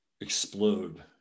explode